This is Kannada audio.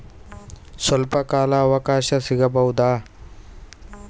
ಸ್ವಲ್ಪ ಕಾಲ ಅವಕಾಶ ಸಿಗಬಹುದಾ?